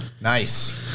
nice